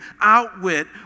outwit